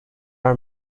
are